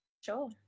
sure